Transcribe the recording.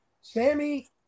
Sammy